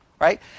right